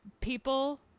people